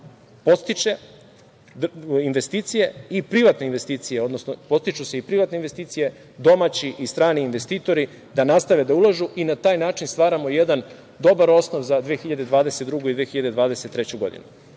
podstiču se i privatne investicije, domaći i strani investitori da nastave da ulože i na taj način stvaramo dobar osnov za 2022. i 2023. godinu. Uspešno